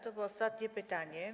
To było ostatnie pytanie.